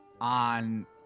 on